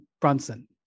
Brunson